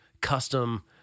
custom